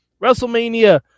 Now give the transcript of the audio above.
wrestlemania